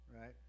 right